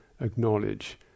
acknowledge